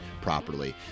properly